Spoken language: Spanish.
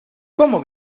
cómo